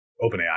OpenAI